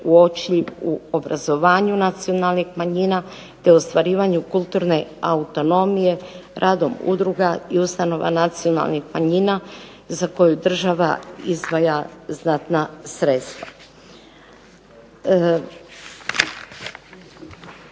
uočljiv u obrazovanju nacionalnih manjina, te ostvarivanju kulturne autonomije, radom udruga i ustanova nacionalnih manjina za koju država izdvaja znatna sredstva.